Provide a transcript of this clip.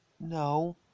no